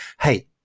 Hey